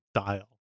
style